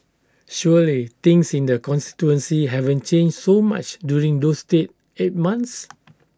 surely things in the constituency haven't changed so much during those day eight months